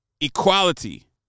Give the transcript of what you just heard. equality